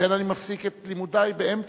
ולכן אני מפסיק את לימודי באמצע,